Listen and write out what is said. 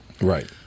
Right